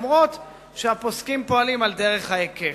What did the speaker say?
גם אם הפוסקים פועלים על דרך ההיקש.